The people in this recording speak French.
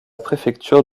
préfecture